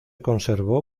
conservó